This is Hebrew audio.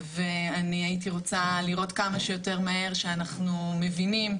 והייתי רוצה לראות כמה שיותר מהר שאנחנו מבינים,